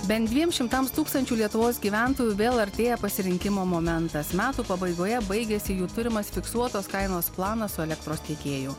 bent dviem šimtams tūkstančių lietuvos gyventojų vėl artėja pasirinkimo momentas metų pabaigoje baigiasi jų turimas fiksuotos kainos planas su elektros tiekėju